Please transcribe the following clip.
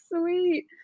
sweet